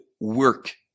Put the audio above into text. work